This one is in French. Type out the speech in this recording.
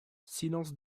silences